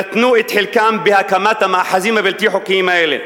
נתנו את חלקם בהקמת המאחזים הבלתי-חוקיים האלה.